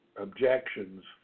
objections